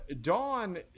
Dawn